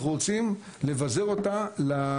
אנחנו רוצים לבזר אותה לשלטון המקומי.